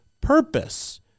purpose